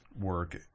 work